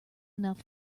enough